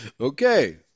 Okay